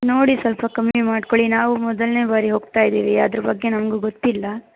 ನೋಡಿ ಸ್ವಲ್ಪ ಕಮ್ಮಿ ಮಾಡ್ಕೊಳ್ಳಿ ನಾವು ಮೊದಲನೇ ಬಾರಿ ಹೋಗ್ತಾ ಇದ್ದೀವಿ ಅದರ ಬಗ್ಗೆ ನಮಗೂ ಗೊತ್ತಿಲ್ಲ